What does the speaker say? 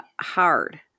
hard